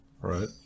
Right